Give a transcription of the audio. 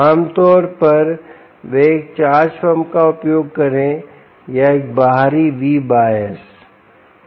आमतौर पर वे एक चार्ज पंप का उपयोग करें या एक बाहरी Vbias